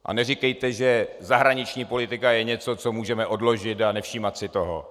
A neříkejte, že zahraniční politika je něco, co můžeme odložit a nevšímat si toho.